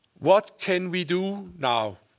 what can we do now?